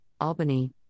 Albany